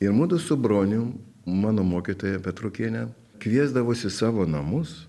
ir mudu su bronium mano mokytoja petrukienė kviesdavos į savo namus